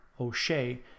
O'Shea